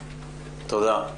תודה.